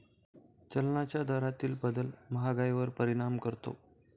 चलनाच्या दरातील बदल महागाईवर परिणाम करतो